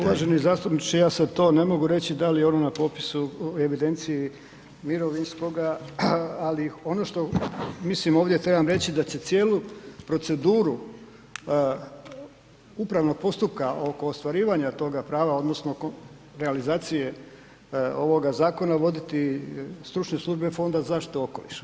Uvaženi zastupniče ja sad to ne mogu reći da li je ona na popisu u evidenciji mirovinskoga, ali ono što mislim ovdje trebam reći da će cijelu proceduru upravnog postupka oko ostvarivanja toga prava odnosno realizacije ovoga zakona voditi stručne službe Fonda za zaštitu okoliša.